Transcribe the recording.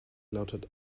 lautet